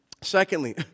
secondly